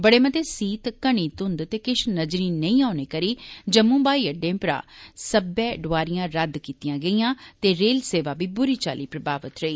बड़े मते सीत घनी घुंघ ते किश नजरी नेई औने करी जम्मू हवाई अड्डे परां सब्बै डोआरियां रद्द कीतियां गेईयां ते रेल सेवा बी बुरी चाल्ली प्रभावित रेई